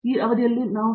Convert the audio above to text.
professor